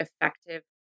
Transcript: effective